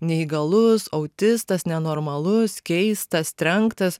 neįgalus autistas nenormalus keistas trenktas